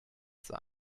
sein